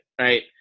right